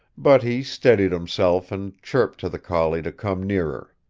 but he steadied himself and chirped to the collie to come nearer.